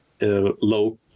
low